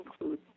include